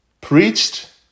preached